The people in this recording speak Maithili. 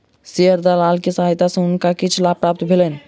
शेयर दलाल के सहायता सॅ हुनका किछ लाभ प्राप्त भेलैन